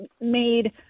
made